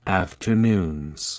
afternoons